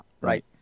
Right